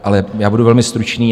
Ale budu velmi stručný.